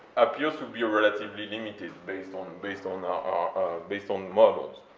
appears to be relatively limited based on, and based on ah based on models,